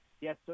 yes